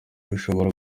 bishobora